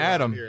Adam